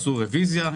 עשו רביזיה.